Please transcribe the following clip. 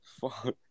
Fuck